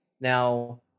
Now